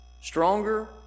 stronger